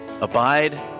abide